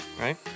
right